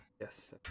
yes